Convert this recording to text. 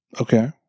Okay